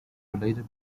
related